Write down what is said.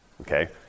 Okay